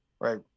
right